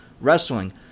wrestling